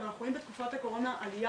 אבל אנחנו רואים בתקופת הקורונה עלייה